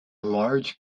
large